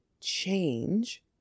change